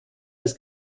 als